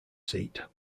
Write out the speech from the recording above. seat